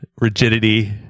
rigidity